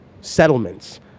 settlements